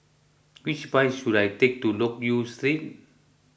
which bus should I take to Loke Yew Street